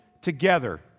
together